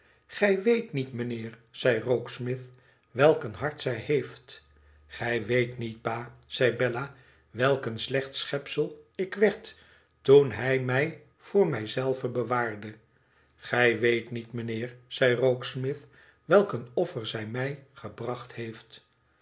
gij weet niet mijnheer zei rokesmith welk een hart zij heeft gij weet niet pa zei bella welk een slecht schepsel ik werd toen hij mij voor mij zelve bewaarde igij weet niet mijnheer zei rokesmith iwelk een oflfer zij mij gebracht heeft